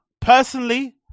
personally